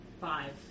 Five